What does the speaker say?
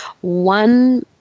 One